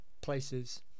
places